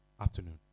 afternoon